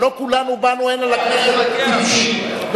אבל לא כולנו באנו הנה לכנסת טיפשים.